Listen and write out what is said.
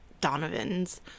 Donovans